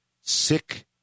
sick